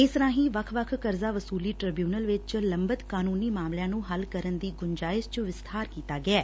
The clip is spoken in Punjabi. ਇਸ ਰਾਹੀ ਵੱਖ ਵੱਖ ਕਰਜ਼ਾ ਵਸੁਲੀ ਟ੍ਰਿਬਿਉਨਲ ਵਿਚ ਲੰਬਤ ਕਾਨੁੰਨੀ ਮਾਮਲਿਆਂ ਨੁੰ ਹੱਲ ਕਰਨ ਦੀ ਗੁਜਾਇਸ਼ ਚ ਵਿਸਤਾਰ ਕੀਤਾ ਗਿਐ